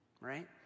right